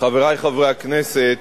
חברי חבר הכנסת,